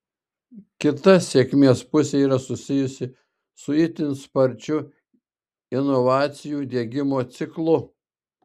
kita sėkmės pusė yra susijusi su itin sparčiu inovacijų diegimo ciklu